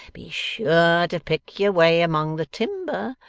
be sure to pick your way among the timber,